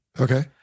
Okay